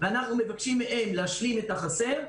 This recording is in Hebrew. אנחנו נסתפק בהצהרה.